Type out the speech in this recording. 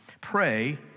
Pray